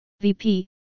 VP